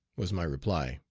was my reply.